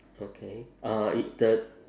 okay uh it the